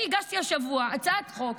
אני הגשתי השבוע הצעת חוק,